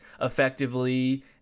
effectively